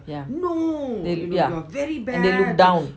yeah they no jobs and they look down